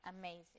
amazing